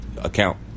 account